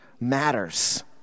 matters